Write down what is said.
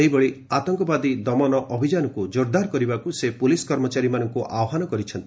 ସେହିଭଳି ଆତଙ୍କବାଦୀ ଅଭିଯାନ କରିବାକୁ ସେ ପୁଲିସ୍ କର୍ମଚାରୀମାନଙ୍କୁ ଆହ୍ୱାନ କରିଛନ୍ତି